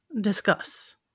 discuss